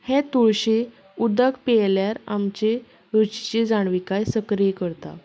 हें तुळशीं उदक पियेल्यार आमची तुळशीची जाणविकाय सक्रीय करता